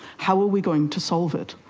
how are we going to solve it?